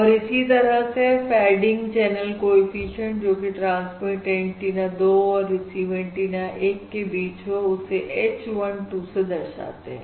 और इसी तरह से फेडिंग चैनल कॉएफिशिएंट जोकि ट्रांसमिट एंटीना 2 और रिसीव एंटीना 1 के बीच हो उसे h 1 2 से दर्शाते हैं